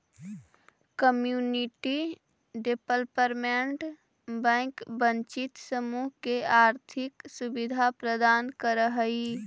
community development bank वंचित समूह के आर्थिक सुविधा प्रदान करऽ हइ